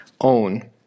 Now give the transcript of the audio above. own